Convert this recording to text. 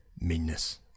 meanness